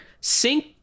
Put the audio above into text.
sync